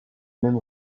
même